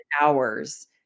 hours